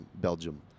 Belgium